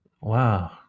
Wow